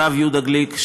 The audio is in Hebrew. הרב יהודה גליק,